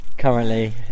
currently